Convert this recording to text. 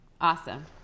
Awesome